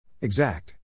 Exact